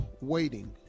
waiting